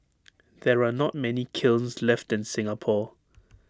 there are not many kilns left in Singapore